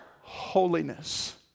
holiness